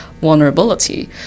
vulnerability